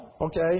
Okay